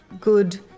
good